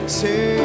say